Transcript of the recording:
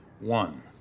One